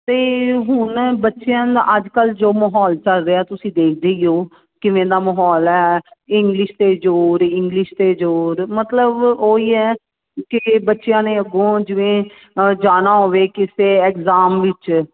ਅਤੇ ਹੁਣ ਬੱਚਿਆਂ ਦਾ ਅੱਜ ਕੱਲ੍ਹ ਜੋ ਮਾਹੌਲ ਚੱਲ ਰਿਹਾ ਤੁਸੀਂ ਦੇਖਦੇ ਹੀ ਹੋ ਕਿਵੇਂ ਦਾ ਮਾਹੌਲ ਹੈ ਇੰਗਲਿਸ਼ 'ਤੇ ਜ਼ੋਰ ਇੰਗਲਿਸ਼ 'ਤੇ ਜ਼ੋਰ ਮਤਲਬ ਉਹੀ ਹੈ ਕਿ ਬੱਚਿਆਂ ਨੇ ਅੱਗੋਂ ਜਿਵੇਂ ਜਾਣਾ ਹੋਵੇ ਕਿਸੇ ਐਗਜ਼ਾਮ ਵਿੱਚ